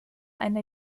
eine